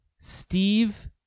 Steve